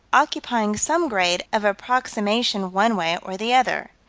occupying some grade of approximation one way or the other.